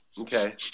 Okay